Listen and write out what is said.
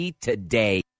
today